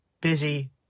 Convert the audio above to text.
busy